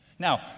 Now